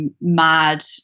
mad